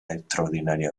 extraordinaria